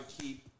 keep